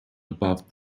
above